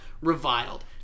reviled